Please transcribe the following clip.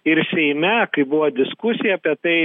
ir seime kai buvo diskusija apie tai